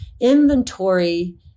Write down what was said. inventory